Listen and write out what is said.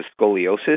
scoliosis